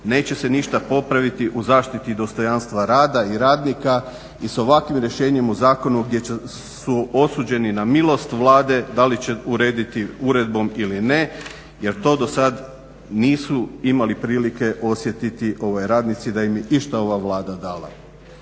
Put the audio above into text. neće se ništa popraviti u zaštiti dostojanstva rada i radnika i s ovakvim rješenjem u zakonu gdje su osuđeni na milost Vlade da li će urediti uredbom ili ne jer to dosad nisu imali prilike osjetiti radnici da im je išta ova Vlada dala.